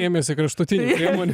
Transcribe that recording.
ėmėsi kraštutinių priemonių